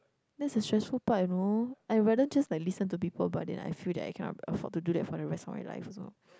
that's the stressful part you know I rather just like listen to people but then I feel that I cannot afford to do that for the rest of my life also